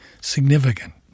significant